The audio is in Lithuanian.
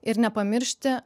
ir nepamiršti